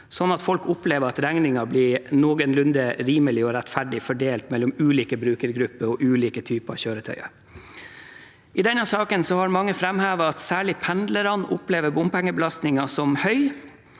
at folk opplever at regninga blir noenlunde rimelig og rettferdig fordelt mellom ulike brukergrupper og ulike typer kjøretøy. I denne saken har mange framhevet at særlig pendlerne opplever bompengebelastningen som høy.